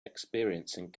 experiencing